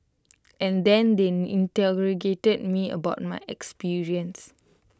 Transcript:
and then they me about my experience